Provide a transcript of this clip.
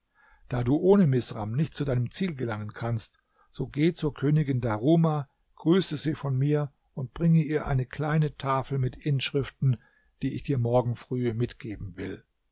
da du ohne misram nicht zu deinem ziel gelangen kannst so geh zur königin daruma grüße sie von mir und bringe ihr eine kleine tafel mit inschriften die ich dir morgen früh mitgeben will